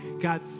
God